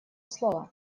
слово